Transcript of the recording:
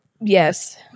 Yes